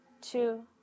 two